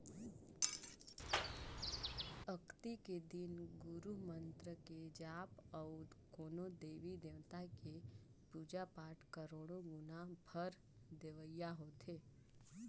अक्ती के दिन गुरू मंतर के जाप अउ कोनो देवी देवता के पुजा पाठ करोड़ो गुना फर देवइया होथे